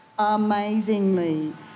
amazingly